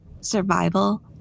survival